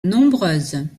nombreuses